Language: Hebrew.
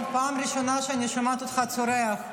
זו פעם ראשונה שאני שומעת אותך צורח,